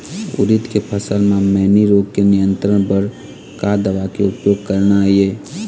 उरीद के फसल म मैनी रोग के नियंत्रण बर का दवा के उपयोग करना ये?